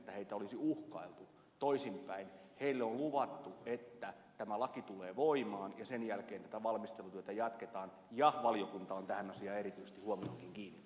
heille on luvattu että tämä laki tulee voimaan ja sen jälkeen tätä valmistelutyötä jatketaan ja valiokunta on tähän asiaan erityisesti huomionkin kiinnittänyt